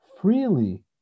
freely